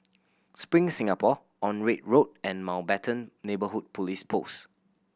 Spring Singapore Onraet Road and Mountbatten Neighbourhood Police Post